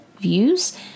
views